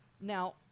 Now